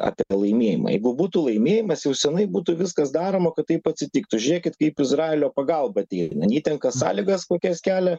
apie pralaimėjimą jeigu būtų laimėjimas jau seniai būtų viskas daroma kad taip atsitiktų žiūrėkit kaip izraelio pagalba ateina nei ten kas sąlygas kokias kelia